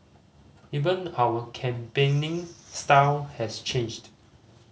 even our campaigning style has changed